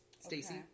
Stacey